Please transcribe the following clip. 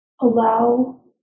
allow